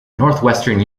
northwestern